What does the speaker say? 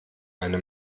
eine